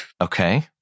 Okay